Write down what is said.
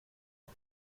has